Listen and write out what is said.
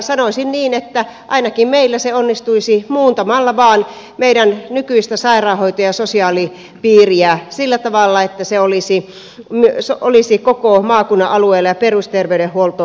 sanoisin niin että ainakin meillä se onnistuisi muuntamalla vain meidän nykyistä sairaanhoito ja sosiaalipiiriämme sillä tavalla että se olisi koko maakunnan alueella ja perusterveydenhuolto siinä mukana